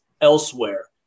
elsewhere